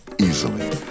Easily